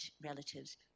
relatives